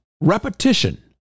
repetition